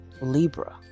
Libra